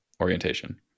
orientation